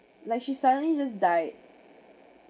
like she suddenly just died